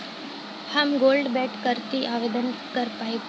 हम gold bond करती आवेदन कर पाईब?